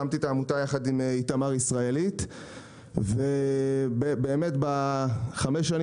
הקמתי את העמותה יחד עם איתמר ישראלית ובאמת בחמש השנים